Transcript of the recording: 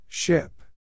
Ship